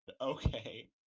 okay